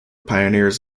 pioneers